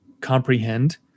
comprehend